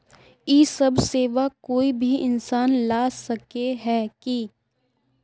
इ सब सेवा कोई भी इंसान ला सके है की?